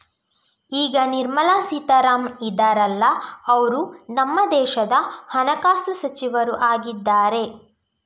ಈಗ ನಿರ್ಮಲಾ ಸೀತಾರಾಮನ್ ಇದಾರಲ್ಲ ಅವ್ರು ನಮ್ಮ ದೇಶದ ಹಣಕಾಸು ಸಚಿವರು ಆಗಿದ್ದಾರೆ